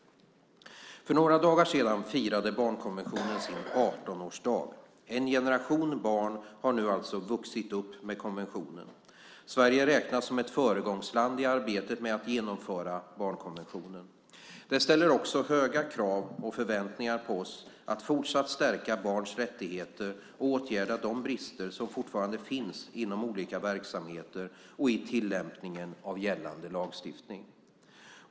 För några dagar sedan firade barnkonventionen sin 18-årsdag. En generation barn har nu alltså vuxit upp med konventionen. Sverige räknas som ett föregångsland i arbetet med att genomföra barnkonventionen. Det ställer också höga krav och förväntningar på oss att fortsatt stärka barns rättigheter och åtgärda de brister som fortfarande finns inom olika verksamheter och i tillämpningen av gällande lagstiftning.